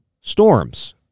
Storms